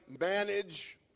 manage